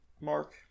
mark